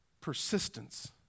persistence